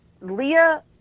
Leah